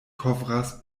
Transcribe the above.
kovras